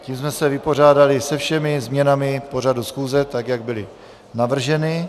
Tím jsme se vypořádali se všemi změnami pořadu schůze, tak jak byly navrženy.